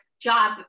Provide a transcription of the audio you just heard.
job